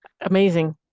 Amazing